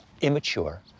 immature